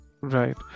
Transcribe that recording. Right